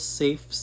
safe